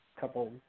couple